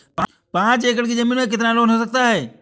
पाँच एकड़ की ज़मीन में कितना लोन हो सकता है?